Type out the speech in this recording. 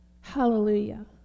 Hallelujah